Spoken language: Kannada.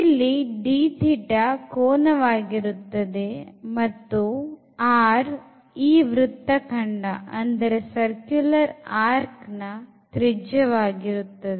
ಇಲ್ಲಿ dθ ಕೋನವಾಗಿರುತ್ತದೆ ಮತ್ತು r ಈ ವೃತ್ತ ಖಂಡದ ತ್ರಿಜ್ಯವಾಗಿರುತ್ತದೆ